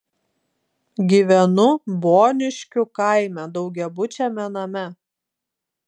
gyvenu boniškių kaime daugiabučiame name